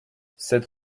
cette